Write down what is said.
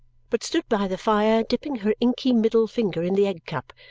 but stood by the fire dipping her inky middle finger in the egg-cup,